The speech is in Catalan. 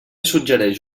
suggereix